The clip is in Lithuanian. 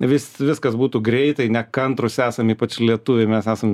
vis viskas būtų greitai nekantrūs esam ypač lietuviai mes esam